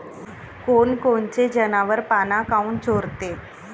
कोनकोनचे जनावरं पाना काऊन चोरते?